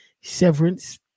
Severance